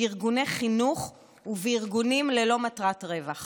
בארגוני חינוך ובארגונים ללא מטרת רווח